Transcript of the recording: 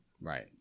Right